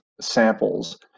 samples